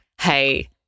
hey